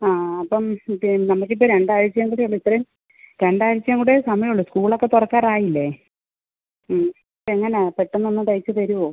ആ അപ്പം പി നമുക്കിപ്പം രണ്ടാഴ്ചയും കൂടിയുള്ളൂ ഇത്രയും രണ്ടാഴ്ചയും കൂടെ സമയം ഉള്ളൂ സ്കൂൾ ഒക്കെ തുറക്കാറായില്ലേ എങ്ങനെയാണ് പെട്ടെന്ന് ഒന്ന് തയ്ച്ച് തരുമോ